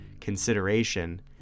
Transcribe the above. consideration